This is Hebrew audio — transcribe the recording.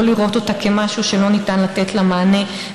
לא לראות אותה כמשהו שלא ניתן לתת לו מענה,